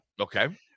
Okay